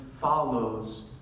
follows